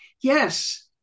Yes